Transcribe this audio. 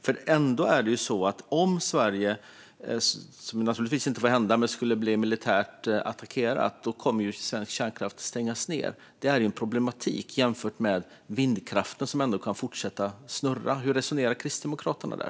Om Sverige skulle bli militärt attackerat, vilket naturligtvis inte får hända, kommer svensk kärnkraft att stängas ned. Det är en problematik i det jämfört med vindkraften som kan fortsätta snurra. Hur resonerar Kristdemokraterna där?